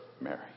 Mary